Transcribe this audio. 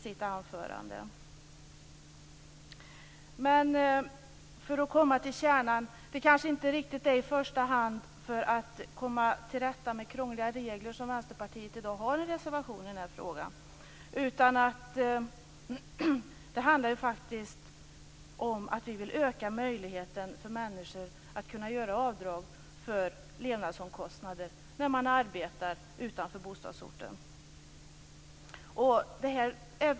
Om jag då kommer till kärnan, är det inte riktigt i första hand för att komma till rätta med krångliga regler som Vänsterpartiet har en reservation i den här frågan, utan det handlar om att vi vill öka möjligheten för människor att göra avdrag för levnadskostnader när de arbetar utanför bostadsorten.